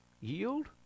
Yield